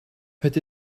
het